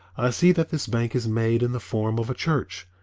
i see that this bank is made in the form of a church.